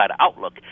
Outlook